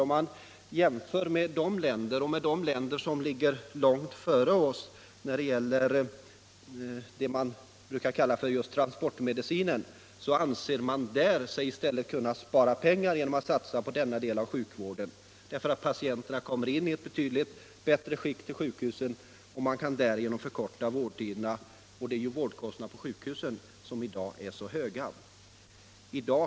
Om vi jämför med de länder som ligger långt före oss i fråga om det som brukar kallas just transportmedicin, finner vi att de i stället anser sig kunna spara pengar genom att satsa på denna del av sjukvården. Patienterna kommer ju in i betydligt bättre skick till sjukhusen, och därigenom kan vårdtiderna förkortas. Och det är ju vårdkostnaderna på sjukhus som är så höga i dag.